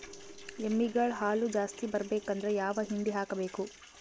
ಎಮ್ಮಿ ಗಳ ಹಾಲು ಜಾಸ್ತಿ ಬರಬೇಕಂದ್ರ ಯಾವ ಹಿಂಡಿ ಹಾಕಬೇಕು?